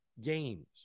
games